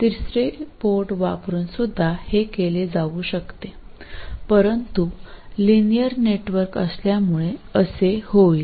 तिसरे पोर्ट वापरुनसुद्धा हे केले जाऊ शकते परंतु लिनियर नेटवर्क असल्यामुळे असे होईल